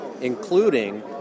including